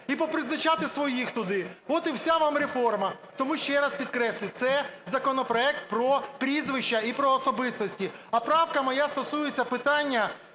і попризначати своїх туди. От і вся вам реформа. Тому ще раз підкреслюю, це законопроект про прізвища і про особистості. А правка моя стосується питання